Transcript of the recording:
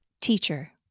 Teacher